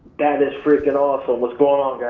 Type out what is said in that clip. that is freakin' awesome. what's going on gary?